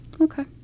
Okay